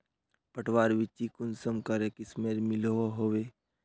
पटवार बिच्ची कुंसम करे किस्मेर मिलोहो होबे?